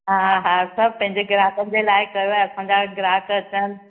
हा हा सभु पंहिंजे ग्राहकनि जे लाइ कयो आहे असांजा ग्राहक अचनि